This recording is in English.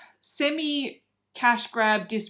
semi-cash-grab